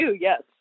Yes